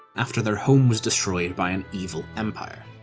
after their home was destroyed by an evil empire.